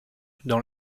dans